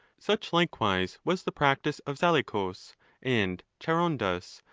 such, likewise, was the practice of zaleucus and charondas,